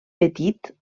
petit